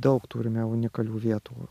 daug turime unikalių vietų